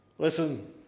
Listen